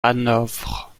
hanovre